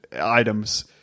items